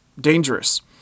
dangerous